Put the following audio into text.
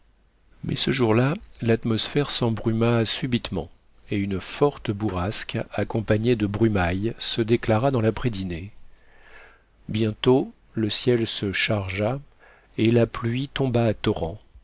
mais ce jour-là l'atmosphère s'embruma subitement et une forte bourrasque accompagnée de brumailles se déclara dans l'aprèsdîner bientôt le ciel se chargea et la pluie tomba à torrents